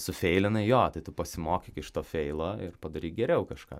sufeilinai jo tai tu pasimokyk iš to feilo ir padaryk geriau kažką